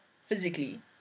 physically